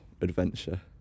adventure